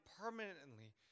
permanently